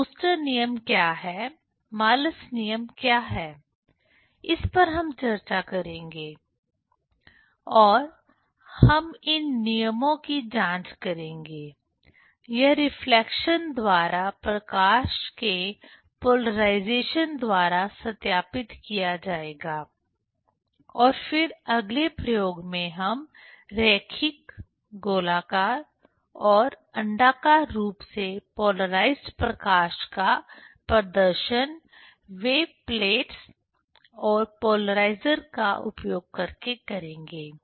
तो ब्रूस्टर नियम Brewster's law क्या है मालस नियम क्या है इस पर हम चर्चा करेंगे और हम इन नियमों की जांच करेंगे यह रिफ्लेक्शन द्वारा प्रकाश के पोलराइजेशन द्वारा सत्यापित किया जाएगा और फिर अगले प्रयोग में हम रैखिक गोलाकार और अण्डाकार रूप से पोलराइज्ड प्रकाश का प्रदर्शन वेव प्लेटस और पोलराइजर का उपयोग करके करेंगे